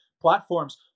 platforms